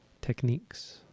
techniques